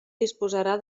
disposarà